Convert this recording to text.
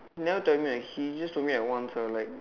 he never tell me like he just told me like once ah like he